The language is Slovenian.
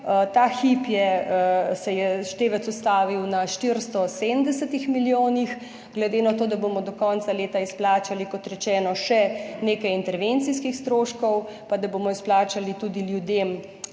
Ta hip se je števec ustavil na 470 milijonih. Glede na to, da bomo do konca leta izplačali, kot rečeno, še nekaj intervencijskih stroškov in da bomo izplačali tudi ljudem,